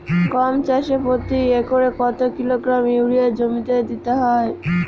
গম চাষে প্রতি একরে কত কিলোগ্রাম ইউরিয়া জমিতে দিতে হয়?